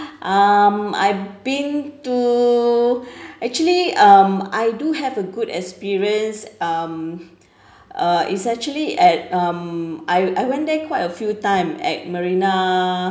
um I've been to actually um I do have a good experience um uh it's actually at um I I went there quite a few time at marina